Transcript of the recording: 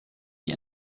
die